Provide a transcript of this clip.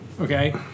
Okay